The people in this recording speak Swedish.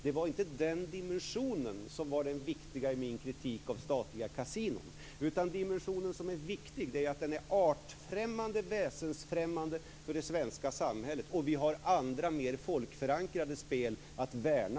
Det var inte den dimensionen som var det viktiga i min kritik av statliga kasinon, utan den dimension som är viktig är det är artfrämmande, väsensfrämmande för det svenska samhället. Vi har andra mera folkförankrade spel att värna.